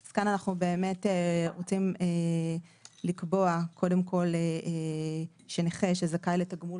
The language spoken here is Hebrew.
אז כאן אנחנו באמת רוצים לקבוע קודם כל שנכה שזכאי לתגמול